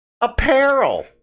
apparel